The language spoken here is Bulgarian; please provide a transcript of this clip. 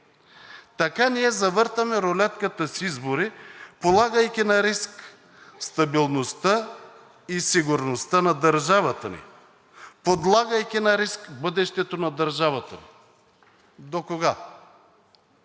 Така ние завъртаме рулетката с избори, подлагайки на риск стабилността и сигурността на държавата ни, подлагайки на риск бъдещето на държавата ни. Докога?